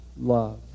love